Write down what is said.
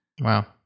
Wow